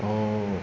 oh